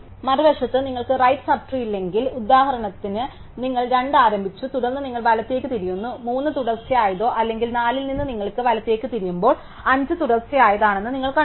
മറുവശത്ത് നിങ്ങൾക്ക് right sub tree ഇല്ലെങ്കിൽ ഉദാഹരണത്തിന് നിങ്ങൾ 2 ആരംഭിച്ചു തുടർന്ന് നിങ്ങൾ വലത്തേക്ക് തിരിയുന്നു 3 തുടർച്ചയായതാ അല്ലെങ്കിൽ 4 ൽ നിന്ന് നിങ്ങൾ വലത്തേക്ക് തിരിയുമ്പോൾ 5 തുടർച്ചയായതാണെന്ന് നിങ്ങൾ കണ്ടെത്തും